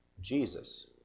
Jesus